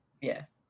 Yes